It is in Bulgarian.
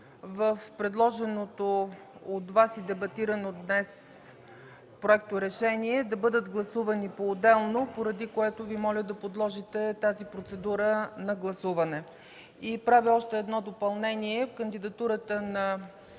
в предложеното от Вас и дебатирано днес проекторешение да бъдат гласувани поотделно, поради което Ви моля да подложите тази процедура на гласуване. Правя още едно допълнение – при кандидатурата на